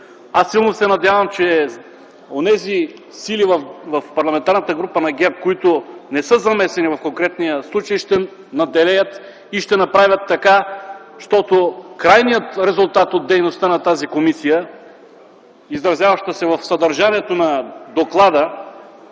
Силно се надявам, че онези сили в Парламентарната група на ГЕРБ, които не са замесени в конкретния случай, ще надделеят и ще направят така, че крайният резултат от дейността на тази комисия, изразяваща се в съдържанието на доклада,